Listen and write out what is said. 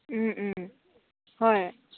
হয়